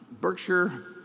Berkshire